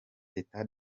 teta